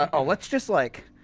ah oh, let's just like,